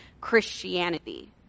Christianity